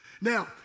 Now